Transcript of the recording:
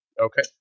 Okay